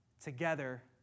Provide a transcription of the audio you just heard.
together